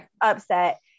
upset